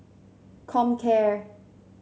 comcare